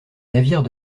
navires